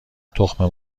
تخم